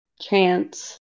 Chance